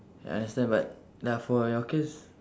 I understand but ya for your case